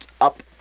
up